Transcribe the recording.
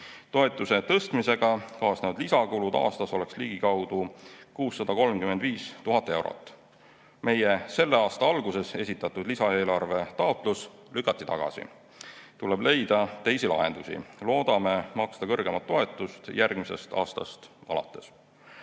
Toetuse tõstmisega kaasnevad lisakulud aastas oleks ligikaudu 635 000 eurot. Meie selle aasta alguses esitatud lisaeelarvetaotlus lükati tagasi. Tuleb leida teisi lahendusi. Loodame maksta kõrgemat toetust järgmisest aastast alates.